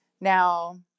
Now